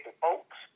folks